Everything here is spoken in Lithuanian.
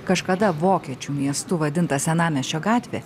kažkada vokiečių miestu vadinta senamiesčio gatvė